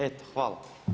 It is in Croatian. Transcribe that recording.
Eto, hvala.